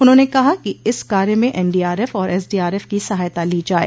उन्होंने कहा कि इस कार्य में एनडीआरएफ और एसडीआरएफ की सहायता लो जाये